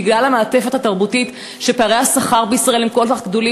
בגלל המעטפת התרבותית שלפיה פערי השכר בישראל הם כל כך גדולים,